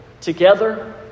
together